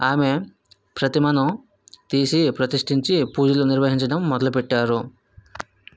ఆమె ప్రతిమను తీసి ప్రతిష్టించి పూజలు నిర్వహించడం మొదలుపెట్టారు